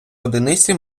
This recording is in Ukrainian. одиниці